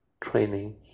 training